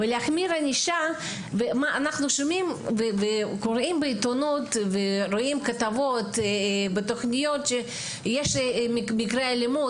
אנחנו קוראים בעיתונות ורואים כתבות ותכניות שיש מקרי אלימות,